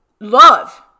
love